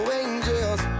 angels